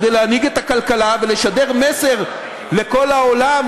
כדי להנהיג את הכלכלה ולשדר מסר לכל העולם